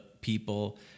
people